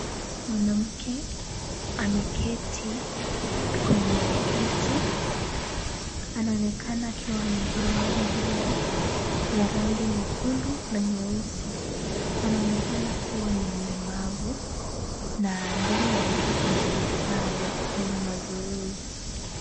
Mwanamke ameketi kwenye kiti. Anaonekana akiwa amevaa nguo ya rangi nyekundu na nyeusi. Anaonekana kuwa ni mlemavu na mbele yake kuna vifaa vya kufanya mazoezi.